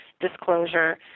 disclosure